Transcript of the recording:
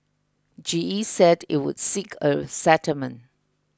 G E said it would seek a settlement